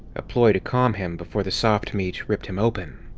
a ploy to calm him before the soft meat ripped him open.